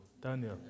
Daniel